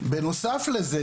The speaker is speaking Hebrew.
בנוסף לזה,